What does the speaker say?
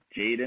Jaden